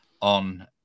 on